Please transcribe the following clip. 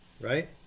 right